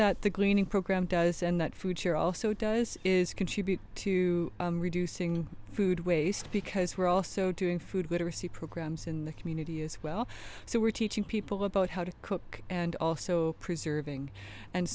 that the gleaning program does and that future also does is contribute to reducing food waste because we're also doing food literacy programs in the community as well so we're teaching people about how to cook and also preserving and